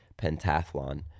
Pentathlon